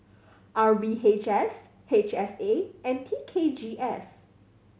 R V H S H S A and T K G S